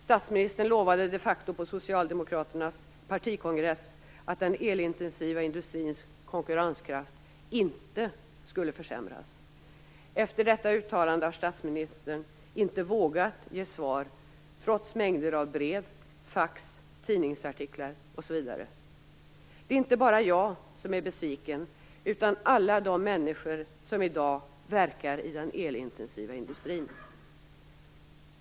Statsministern lovade de facto på Socialdemokraternas partikongress att den elintensiva industrins konkurrenskraft inte skulle försämras. Efter detta uttalande har statsministern inte vågat ge svar trots mängder av brev, fax, tidningsartiklar osv. Det är inte bara jag som är besviken, utan också alla de människor som i dag verkar inom den elintensiva industrin.